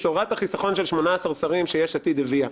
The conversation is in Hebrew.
בשורת החיסכון של 18 שרים שיש עתיד הביאה.